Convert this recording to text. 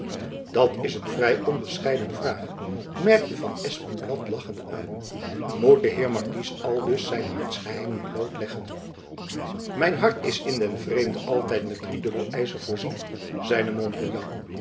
dat is een vrij onbescheiden vraag merkte van espenblad lachende aan moet de heer markies aldus zijne hartsgeheimen bloot leggen mijn hart is in den vreemde altijd met drie dubbel ijzer voorzien zeide